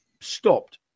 stopped